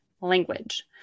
language